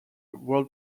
role